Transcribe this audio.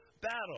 battle